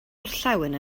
orllewin